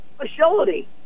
facility